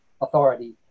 authority